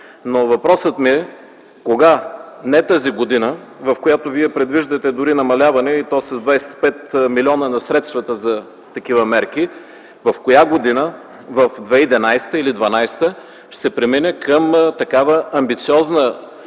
но въпросът ми е кога – не тази година, в която вие предвиждате дори намаляване и то с 25 милиона на средствата за такива мерки, в коя година – в 2011 или в 2012 г., ще се премине към такава амбициозна